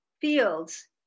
fields